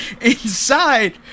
inside